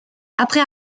après